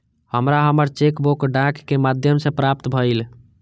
हमरा हमर cheque book डाक के माध्यम से प्राप्त भईल